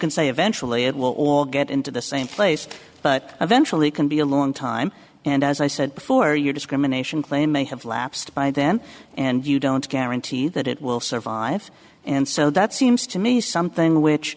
can say eventually it will all get into the same place but eventually it can be a long time and as i said before your discrimination claim may have lapsed by then and you don't guarantee that it will survive and so that seems to me something which